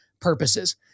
purposes